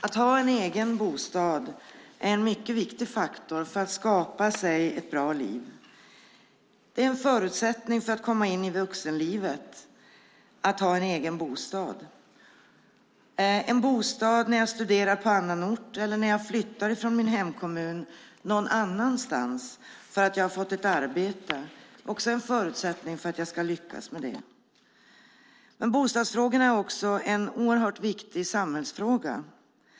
Att ha en egen bostad är en mycket viktig faktor för att skapa sig ett bra liv. Att ha en egen bostad är en förutsättning för att komma in i vuxenlivet. En bostad när jag studerar på annan ort eller när jag flyttar från min hemkommun någon annanstans för att jag fått ett arbete är också en förutsättning för att jag ska lyckas med det. Bostadsfrågorna är också en oerhört viktig samhällsfråga.